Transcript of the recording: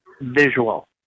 visual